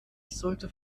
sollte